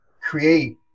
create